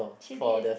chili